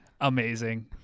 Amazing